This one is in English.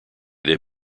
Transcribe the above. they